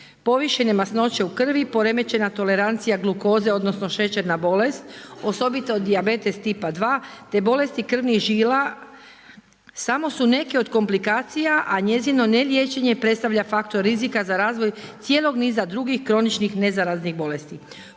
Povišene masnoće u krvi, poremećena tolerancija glukoze, odnosno šećerna bolest, osobito dijabetes tipa 2 te bolesti krvnih žila, samo su neke od komplikacija a njezino ne liječenje predstavlja faktor rizika za razvoj cijelog niza drugih kroničnih nezaraznih bolesti.